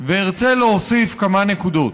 וארצה להוסיף כמה נקודות.